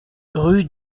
rue